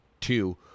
two